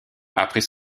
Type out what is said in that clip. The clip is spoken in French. après